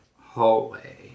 hallway